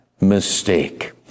mistake